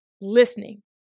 listening